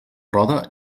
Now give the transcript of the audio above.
roda